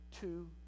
two